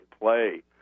play